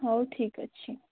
ହଉ ଠିକ୍ ଅଛି